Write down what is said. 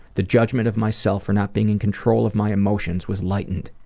the judgment of myself for not being in control of my emotions was lightened.